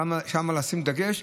שם לשים דגש.